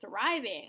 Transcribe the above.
thriving